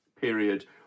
period